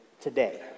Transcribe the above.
today